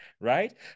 right